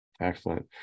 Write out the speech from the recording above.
Excellent